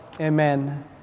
Amen